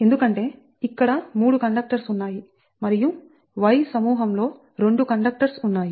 ఎందుకంటే ఇక్కడ 3 కండక్టర్స్ ఉన్నాయి మరియు y సమూహంలో 2 కండక్టర్స్ ఉన్నాయి